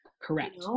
Correct